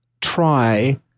try